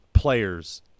players